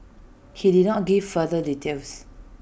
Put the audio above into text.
he did not give further details